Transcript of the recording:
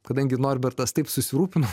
kadangi norbertas taip susirūpino